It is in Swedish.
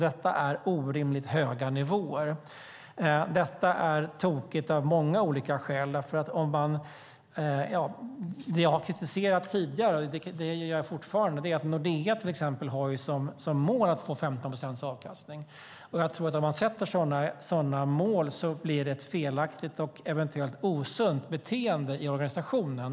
Detta är orimligt höga nivåer, och detta är tokigt av många olika skäl. Det jag har kritiserat tidigare - och det gör jag fortfarande - är att Nordea har som mål att få 15 procents avkastning. Om man sätter sådana mål blir det ett felaktigt och eventuellt osunt beteende i organisationen.